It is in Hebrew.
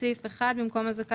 מי בעד?